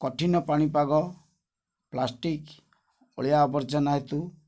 କଠିନ ପାଣିପାଗ ପ୍ଲାଷ୍ଟିକ ଅଳିଆ ଆବର୍ଜନା ହେତୁ